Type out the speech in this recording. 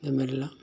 இந்தமாரிலாம்